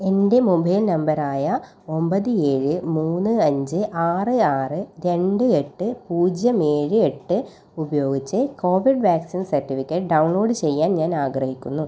എൻ്റെ മൊബൈൽ നമ്പറായ ഒമ്പത് ഏഴ് മൂന്ന് അഞ്ച് ആറ് ആറ് രണ്ട് എട്ട് പൂജ്യം ഏഴ് എട്ട് ഉപയോഗിച്ച് കോവിഡ് വാക്സിൻ സർട്ടിഫിക്കറ്റ് ഡൗൺലോഡ് ചെയ്യാൻ ഞാൻ ആഗ്രഹിക്കുന്നു